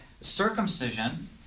circumcision